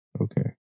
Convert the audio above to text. okay